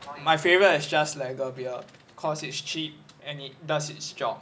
my favourite is just like lagar beer cause it's cheap and it does its job